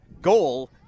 goal